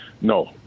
No